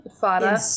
Fada